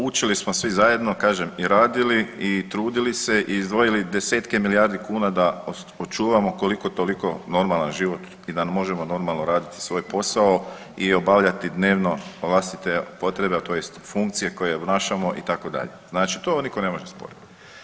Učili smo svi zajedno, kažem i radili i trudili se i izdvojili 10-tke milijardi kuna da očuvamo koliko toliko normalan život i da možemo normalno raditi svoj posao i obavljati dnevno vlastite potrebe tj. funkcije koje obnašamo itd., znači to nitko ne može osporiti.